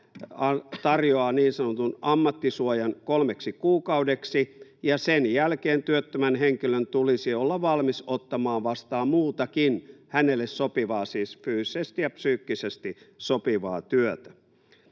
tarjoaa niin sanotun ammattisuojan kolmeksi kuukaudeksi, ja sen jälkeen työttömän henkilön tulisi olla valmis ottamaan vastaan muutakin hänelle sopivaa — siis fyysisesti ja psyykkisesti sopivaa — työtä.